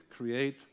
create